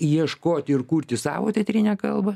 ieškoti ir kurti savo teatrinę kalbą